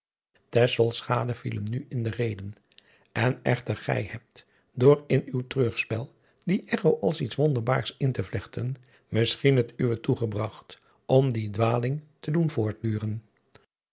viel hem nu in de reden en echter gij hebt door in uw treurspel die echo als iets wonderbaars in te vlechten misschien het uwe toegebragt om die dwaling te doen voortduren